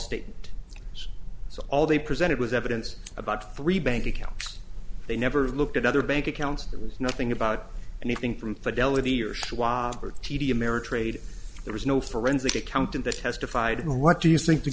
statement so all they presented was evidence about three bank accounts they never looked at other bank accounts there was nothing about anything from fidelity or schwab or t d ameritrade there was no forensic accountant that testified what do you think the